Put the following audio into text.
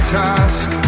task